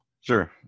Sure